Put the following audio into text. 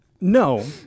No